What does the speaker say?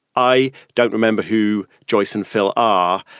i don't remember who, joycean phil? ah,